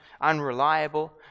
unreliable